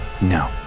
No